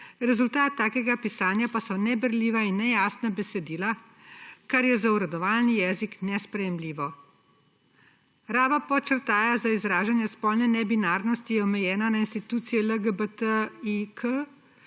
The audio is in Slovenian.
rezultat takega pisanja pa so neberljiva in nejasna besedila, kar je za uradovalni jezik nesprejemljivo. Raba podčrtaja za izražanje spolne nebinarnosti je omejena na institucije LGBTIQ,